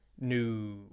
New